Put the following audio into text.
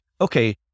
Okay